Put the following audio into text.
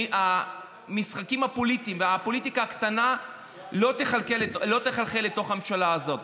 והמשחקים הפוליטיים והפוליטיקה הקטנה לא יחלחלו לתוך הממשלה הזו.